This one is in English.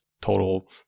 total